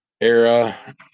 era